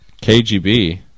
KGB